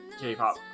K-pop